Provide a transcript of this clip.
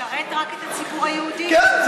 משרת רק את הציבור היהודי, כן.